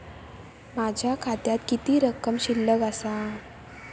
माझ्या खात्यात किती रक्कम शिल्लक आसा?